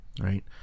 right